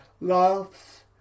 laughs